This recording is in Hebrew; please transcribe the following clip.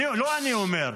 לא אני אומר.